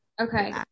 Okay